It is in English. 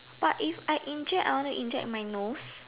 but if I inject I want to inject in my nose